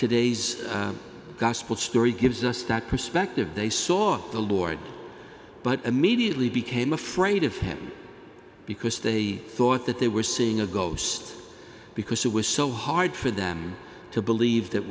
today's gospel story gives us that perspective they saw the lord but immediately became afraid of him because they thought that they were seeing a ghost because it was so hard for them to believe that